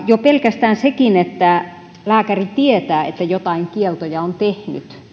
jo pelkästään sekin että lääkäri tietää että joitain kieltoja on tehty